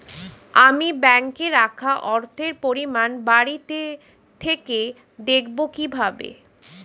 আমি ব্যাঙ্কে রাখা অর্থের পরিমাণ বাড়িতে থেকে দেখব কীভাবে?